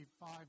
five